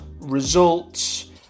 results